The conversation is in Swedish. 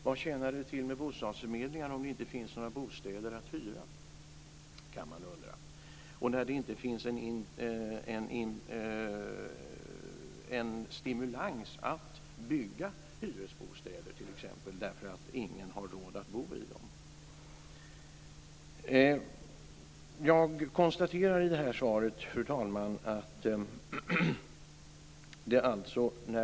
Vad tjänar det till att ha bostadsförmedlingar om det inte finns några bostäder att hyra ut och när det inte finns någon stimulans att bygga hyresbostäder därför att ingen har råd att bo i dem? Fru talman!